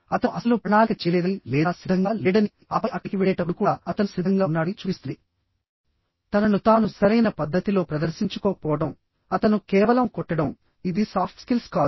అతను అస్సలు ప్రణాళిక చేయలేదని లేదా సిద్ధంగా లేడని ఆపై అక్కడికి వెళ్ళేటప్పుడు కూడా అతను సిద్ధంగా ఉన్నాడని చూపిస్తుంది తనను తాను సరైన పద్ధతిలో ప్రదర్శించుకోకపోవడం అతను కేవలం కొట్టడం ఇది సాఫ్ట్ స్కిల్స్ కాదు